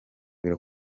biro